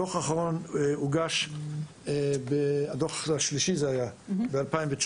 הדוח האחרון הוגש שהוא השלישי הוא ב-2019.